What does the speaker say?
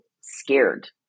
scared